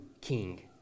king